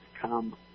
come